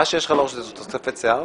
מה שיש לך על הראש זו תוספת שיער?